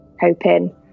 hoping